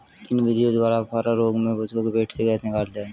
किन विधियों द्वारा अफारा रोग में पशुओं के पेट से गैस निकालते हैं?